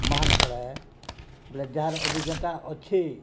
ମହାନ ପଳାଏ ବଲେ ଯାହାର ଅଭିଜ୍ଞତା ଅଛି